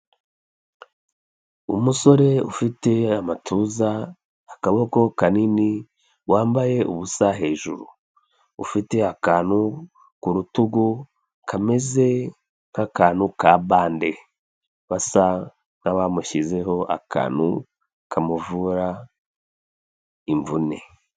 Umusore ufite amatuza, akaboko kanini, wambaye ubusa hejuru, ufite akantu ku rutugu kameze nk'akantu ka bande basa nk'abamushyizeho akantu kamuvura imvune.